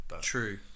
true